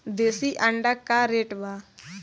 देशी अंडा का रेट बा?